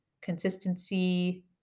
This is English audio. consistency